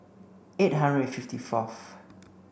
eight hundred fifty fourth